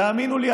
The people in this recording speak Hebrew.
תאמינו לי,